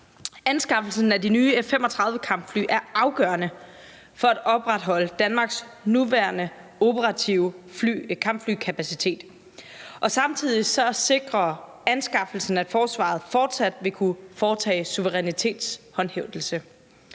Anskaffelsen af de nye F-35-kampfly er afgørende for at opretholde Danmarks nuværende operative kampflykapacitet. Samtidig sikrer anskaffelsen, at forsvaret fortsat vil kunne foretage suverænitetshåndhævelse.